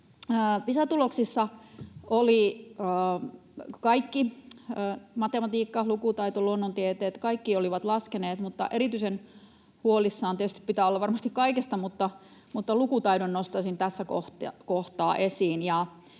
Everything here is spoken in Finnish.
Pisa-tuloksissa olivat kaikki — matematiikka, lukutaito, luonnontieteet — laskeneet, mutta erityisen huolissaan tietysti pitää olla varmasti kaikesta, mutta lukutaidon nostaisin tässä kohtaa esiin,